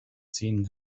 ziehen